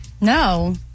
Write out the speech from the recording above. No